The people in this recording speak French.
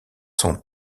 sont